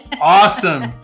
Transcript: awesome